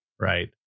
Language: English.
right